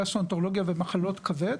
גסטרואנטרולוגיה ומחלות כבד.